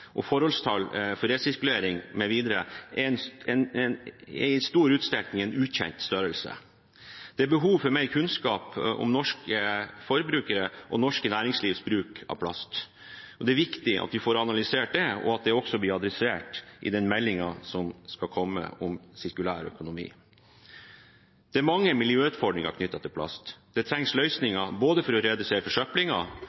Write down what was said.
og forholdstallet for resirkulering mv. er i stor utstrekning ukjente størrelser. Det er behov for mer kunnskap om norske forbrukeres og norsk næringslivs bruk av plast. Det er viktig at vi får analysert det, og at det også blir tatt opp i meldingen som skal komme om sirkulær økonomi. Det er mange miljøutfordringer knyttet til plast. Det trengs